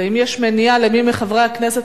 אם יש מניעה למי מחברי הכנסת,